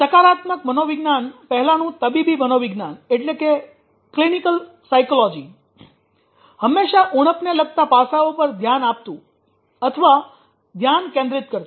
સકારાત્મક મનોવિજ્ઞાન પહેલાનું તબીબી મનોવિજ્ઞાન હંમેશાં ઉણપને લગતા પાસાઓ પર ધ્યાન આપતું અથવા ધ્યાન કેન્દ્રિત કરતું